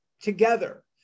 together